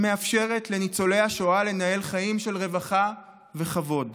היא מאפשרת לניצולי השואה לנהל חיים של רווחה וכבוד.